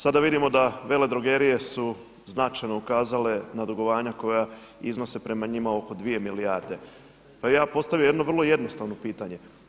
Sada vidimo da veledrogerije su značajno ukazale na dugovanja koja iznose prema njima oko 2 milijarde pa bi ja postavio jedno vrlo jednostavno pitanje.